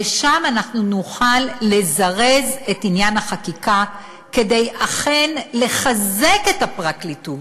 ושם נוכל לזרז את עניין החקיקה כדי אכן לחזק את הפרקליטות,